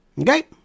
okay